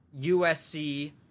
USC